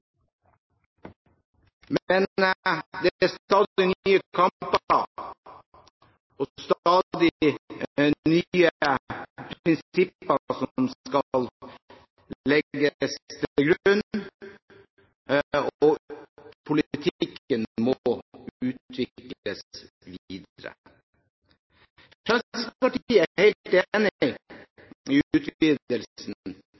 Men det er stadig nye kamper og stadig nye prinsipper som skal legges til grunn, og politikken må utvikles